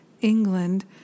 England